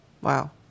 Wow